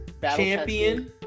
champion